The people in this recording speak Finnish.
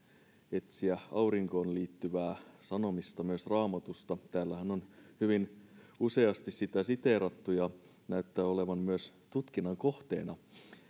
olla etsimättä aurinkoon liittyvää sanomista myös raamatusta täällähän on hyvin useasti sitä siteerattu ja se näyttää olevan myös tutkinnan kohteena